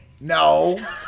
no